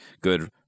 good